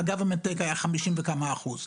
ה-government take היה 50% וכמה אחוז.